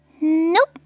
Nope